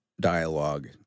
dialogue